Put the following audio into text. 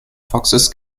foxes